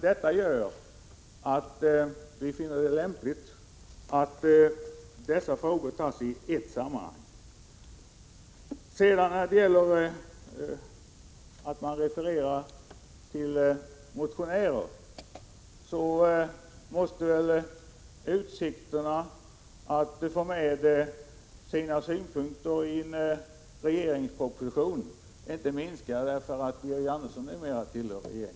Detta gör att vi finner det lämpligt att dessa frågor tas upp i ett sammanhang. Man har refererat till motionären. Utsikterna att denne kan få sina synpunkter hörda i en regeringsproposition har inte minskat därför att Georg Andersson numera tillhör regeringen.